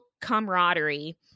camaraderie